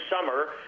summer